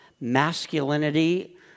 masculinity